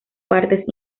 partes